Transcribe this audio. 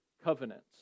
Covenants